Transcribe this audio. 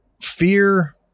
fear